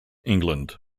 england